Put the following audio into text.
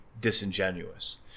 disingenuous